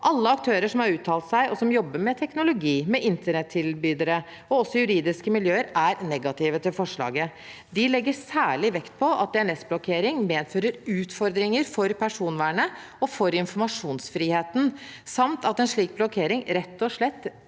Alle aktører som har uttalt seg, og som jobber med teknologi, internettilbydere og også juridiske miljøer, er negative til forslaget. De legger særlig vekt på at DNS-blokkering medfører utfordringer for personvernet og for informasjonsfriheten, samt at en slik blokkering rett og slett